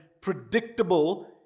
predictable